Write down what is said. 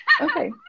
okay